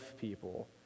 people